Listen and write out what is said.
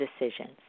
decisions